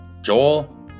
joel